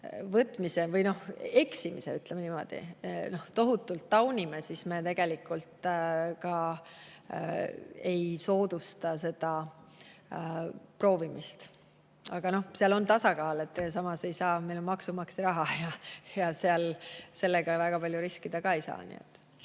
võtmist või eksimist, ütleme niimoodi, tohutult taunime, siis me tegelikult ka ei soodusta seda proovimist. Aga seal on tasakaal, meil on maksumaksja raha ja sellega väga palju riskida ka ei saa.